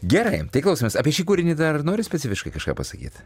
gerai tai klausomės apie šį kūrinį dar nori specifiškai kažką pasakyt